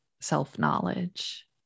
self-knowledge